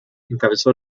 encabezó